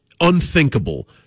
unthinkable